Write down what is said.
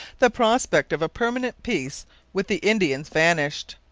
the prospect of a permanent peace with the indians vanished.